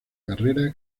carrera